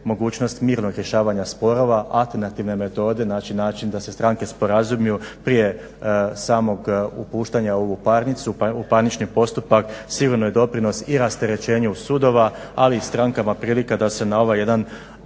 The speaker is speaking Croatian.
mogućnost mirnog rješavanja sporova, alternativne metode, znači način da se stranke sporazumiju prije samog upuštanja u parnicu, pa u parnični postupak sigurno je doprinos i rasterećenje u sudova ali i strankama prilika da se na ovaj jedan